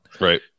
Right